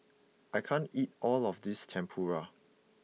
I can't eat all of this Tempura